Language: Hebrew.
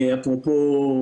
אפרופו,